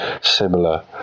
similar